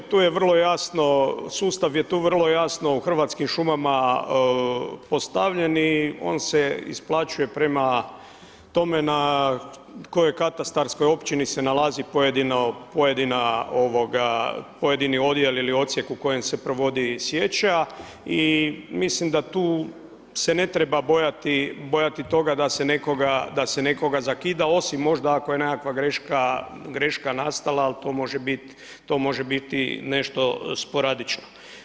Tu je vrlo jasno, sustav je tu vrlo jasno u Hrvatskim šumama postavljen i on se isplaćuje prema tome na kojoj katastarskoj općini se nalazi pojedini odjel ili odsjek u kojem se provodi sječa i mislim da tu se ne treba bojati toga se nekoga zakida osim možda ako je nekakva greška nastala ali to može biti nešto sporadično.